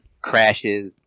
crashes